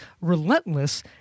relentless